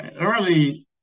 early